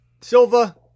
Silva